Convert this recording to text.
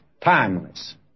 timeless